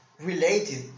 related